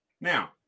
Now